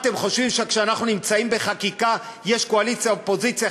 אתם חושבים שכשאנחנו נמצאים בחקיקה יש קואליציה אופוזיציה,